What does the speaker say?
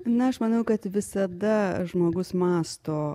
na aš manau kad visada žmogus mąsto